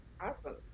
Awesome